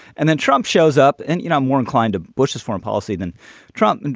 and then trump shows up and you know i'm more inclined to bush's foreign policy than trump. and